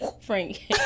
frank